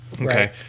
Okay